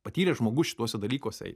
patyręs žmogus šituose dalykuose